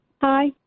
Hi